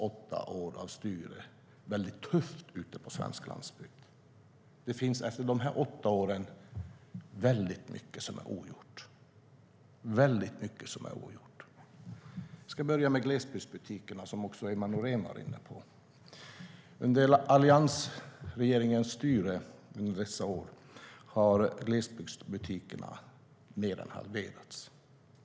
Det har blivit väldigt tufft på den svenska landsbygden under Alliansens åtta år av styre. Det är efter de här åtta åren väldigt mycket som är ogjort. Emma Nohrén var inne på glesbygdsbutikerna. Under alliansregeringens styre har glesbygdsbutikerna mer än halverats.